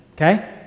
okay